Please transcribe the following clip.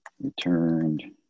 returned